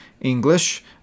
English